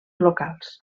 locals